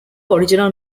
original